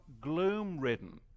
gloom-ridden